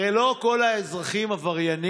הרי לא כל האזרחים עבריינים.